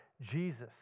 Jesus